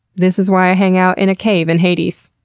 this is why i hang out in a cave in hades.